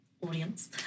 audience